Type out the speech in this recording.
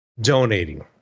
donating